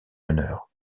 meneur